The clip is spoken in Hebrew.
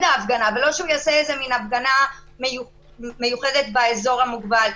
ההפגנה ולא שהוא יעשה איזו הפגנה מיוחדת באזור המוגבל.